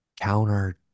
counter